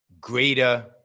greater